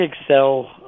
Excel